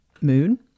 moon